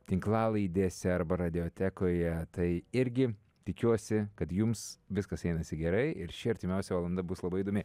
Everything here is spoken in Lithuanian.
tinklalaidėse arba radiotekoje tai irgi tikiuosi kad jums viskas einasi gerai ir ši artimiausia valanda bus labai įdomi